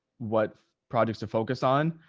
what projects to focus on.